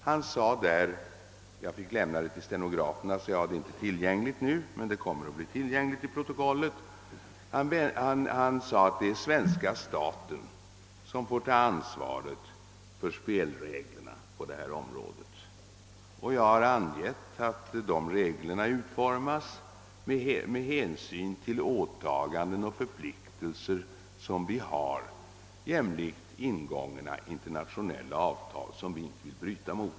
Han sade där — jag måste lämna ifrån mig citatet till stenograferna och har det därför inte tillgängligt nu, men det kommer att återfinnas i protokollet — att det är svenska staten som får ta ansvaret för spelreglerna på detta område. Och jag har angivit hur de reglerna utformas med hänsyn till de åtaganden och förpliktelser som vi har påtagit oss i ingångna internationella avtal som vi inte vill bryta mot.